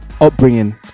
upbringing